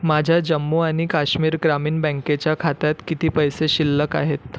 माझ्या जम्मू आणि काश्मीर ग्रामीण बँकेच्या खात्यात किती पैसे शिल्लक आहेत